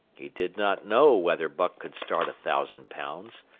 he did not know whether buck could start a thousand pounds.